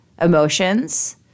emotions